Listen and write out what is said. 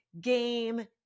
game